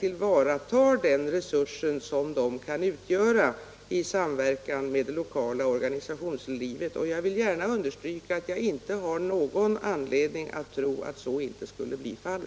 tillvaratar den resurs som dessa personer kan utgöra i samverkan med det lokala organisationslivet. Jag vill gärna understryka att jag inte ser någon anledning att tro att så inte skulle bli fallet. '